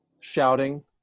shouting